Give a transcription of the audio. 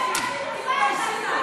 תתביישי לך,